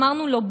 אמרנו לו,